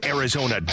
Arizona